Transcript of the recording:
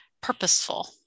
purposeful